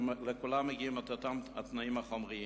לכולם מגיעים אותם התנאים החומריים.